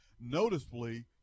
Noticeably